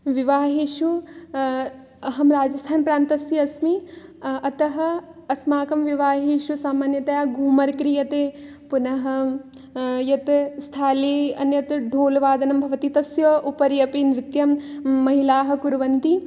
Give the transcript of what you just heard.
विवाहेषु अहं राजस्थानप्रान्तस्य अस्मि अतः अस्माकं विवाहेषु सामान्यतया घूमर् क्रियते पुनः यत् स्थाली अन्यत् ढोल् वादनं भवति तस्य उपरि अपि नृत्यं महिलाः कुर्वन्ति